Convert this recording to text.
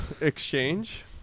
exchange